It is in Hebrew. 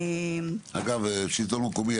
השלטון המקומי,